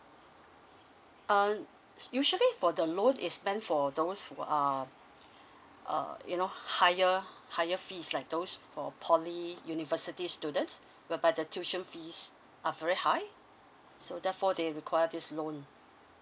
uh usually for the loan is meant for those who are uh you know higher higher fees like those for poly university students whereby the tuition fees are very high so therefore they require this loan